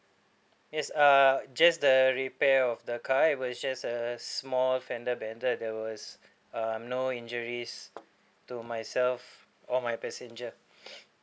yes uh just the repair of the car it was just a small fended bended there was uh no injuries to myself or my passenger